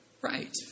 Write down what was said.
Right